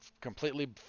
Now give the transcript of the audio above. completely